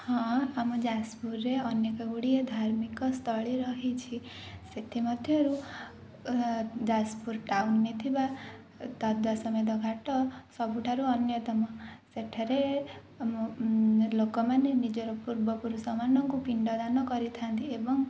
ହଁ ଆମ ଯାଜପୁରରେ ଅନେକ ଗୁଡ଼ିଏ ଧାର୍ମିକସ୍ଥଳୀ ରହିଛି ସେଥିମଧ୍ୟରୁ ଓ ଯାଜପୁର ଟାଉନରେ ଥିବା ତାଦ୍ଵାଶମେଧ ଘାଟ ସବୁଠାରୁ ଅନ୍ୟତମ ସେଠାରେ ଲୋକମାନେ ନିଜର ପୂର୍ବପୁରୁଷ ମାନଙ୍କୁ ପିଣ୍ଡଦାନ କରିଥାନ୍ତି ଏବଂ